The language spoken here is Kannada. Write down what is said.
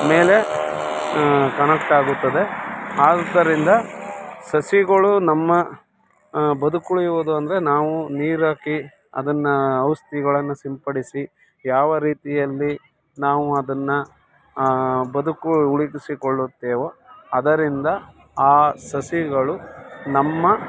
ಮೇಲೆ ಕನೆಕ್ಟಾಗುತ್ತದೆ ಆದುದರಿಂದ ಸಸಿಗಳು ನಮ್ಮ ಬದುಕುಳಿಯುವುದು ಅಂದರೆ ನಾವು ನೀರಾಕಿ ಅದನ್ನು ಔಷಧಿಗಳನ್ನು ಸಿಂಪಡಿಸಿ ಯಾವ ರೀತಿಯಲ್ಲಿ ನಾವು ಅದನ್ನು ಬದುಕು ಉಳಿಸಿಕೊಳ್ಳುತ್ತೇವೋ ಅದರಿಂದ ಆ ಸಸಿಗಳು ನಮ್ಮ